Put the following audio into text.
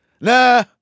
Nah